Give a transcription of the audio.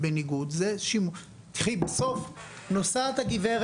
בסוף נוסעת גב'